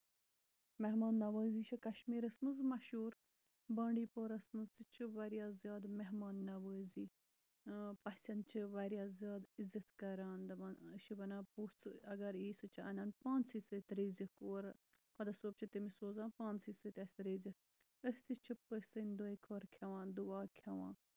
مہمان نَوٲزی چھِ کَشمیٖرَس منٛز مَشہوٗر بانڈی پورہَس منٛز تہِ چھُ واریاہ زیادٕ مہمان نَوٲزی پَژھٮ۪ن چھِ واریاہ زیادٕ عزت کران أسۍ چھِ وَنان پوٚژھ اَگر یہِ سُہ چھُ اَنان پانسٕے سۭتۍ رِزق اورٕ خۄدا صٲب چھُ تٔمِس سوزان پانسٕے سۭتۍ اَسہِ تٔمِس رِزِق أسۍ تہِ چھِ پٔژھ سٕندِ دۄیہِ خٲر کھٮ۪وان دعا کھٮ۪وان